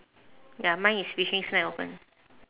ya mine is fishing snack open